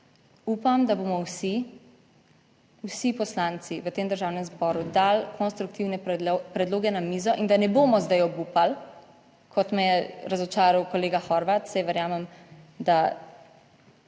Upam, da bomo vsi, vsi poslanci v tem Državnem zboru dali konstruktivne predloge na mizo in da ne bomo zdaj obupali, kot me je razočaral kolega Horvat, saj verjamem, da